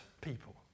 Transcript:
people